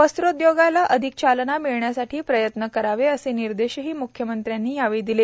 वस्त्रोद्योगाला अधिक चालना मिळण्यासाठी प्रयत्न करावेत असे निर्देशही मुख्यमंत्र्यांनी यावेळी दिले